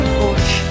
push